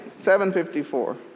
754